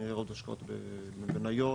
יהיו השקעות במניות?